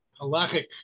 Halachic